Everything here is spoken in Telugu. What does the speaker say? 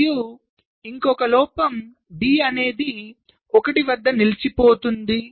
మరియు ఇంకొక లోపం D అనేది 1 వద్ద నిలిచిపోతుంది